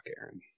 Aaron